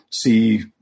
see